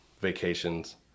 vacations